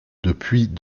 depuis